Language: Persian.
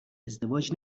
ازدواج